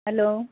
hello